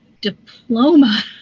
diploma